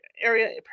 area